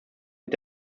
mit